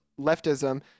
leftism